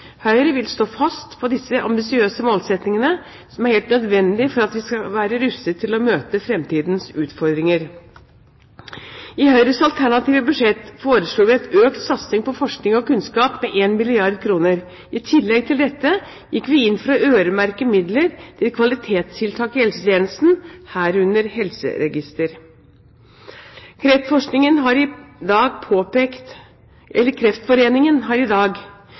Høyre vil stå fast på disse ambisiøse målsettingene, som er helt nødvendige for at vi skal være rustet til å møte fremtidens utfordringer. I Høyres alternative budsjett foreslo vi en økt satsing på forskning og kunnskap med 1 milliard kr. I tillegg til dette gikk vi inn for å øremerke midler til kvalitetstiltak i helsetjenesten, herunder helseregister. Kreftforeningen har i dag i media påpekt